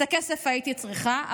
את הכסף הייתי צריכה,